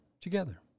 together